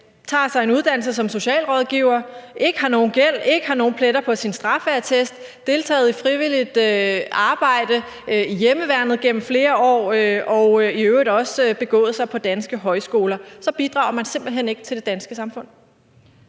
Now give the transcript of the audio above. tager en uddannelse som socialrådgiver, ikke har nogen gæld eller nogen pletter på sin straffeattest og har deltaget i frivilligt arbejde, herunder hjemmeværnet, i flere år og i øvrigt også begået sig på danske højskoler, bidrager man simpelt hen ikke til det danske samfund.